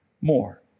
more